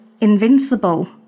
invincible